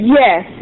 yes